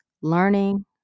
learning